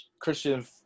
Christian